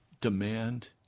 demand